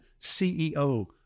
CEO